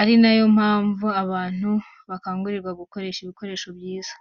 ari na yo mpamvu abantu bakangurirwa gukoresha ibikoresho byiza.